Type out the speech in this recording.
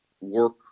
work